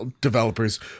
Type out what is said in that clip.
developers